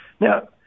now